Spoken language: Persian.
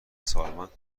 سالمند